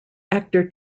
actor